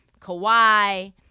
Kawhi